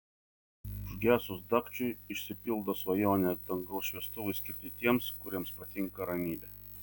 užgesus dagčiui išsipildo svajonė dangaus šviestuvai skirti tiems kuriems patinka ramybė